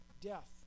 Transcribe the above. death